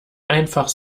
einfach